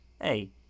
hey